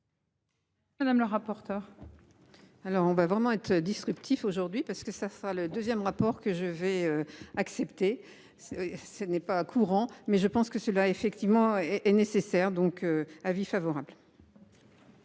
Madame le rapporteur. Alors on va vraiment être disruptif aujourd'hui parce que ça sera le 2ème rapport que je vais accepter. Ce n'est pas courant, mais je pense que cela effectivement est nécessaire. Donc, avis favorable.